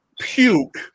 puke